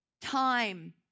Time